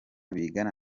bigana